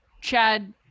chad